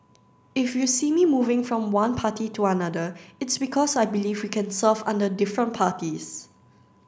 if you see me moving from one party to another it's because I believe we can serve under different parties